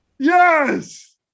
Yes